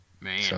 Man